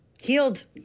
healed